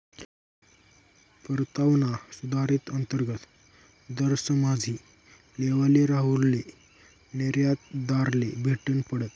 परतावाना सुधारित अंतर्गत दर समझी लेवाले राहुलले निर्यातदारले भेटनं पडनं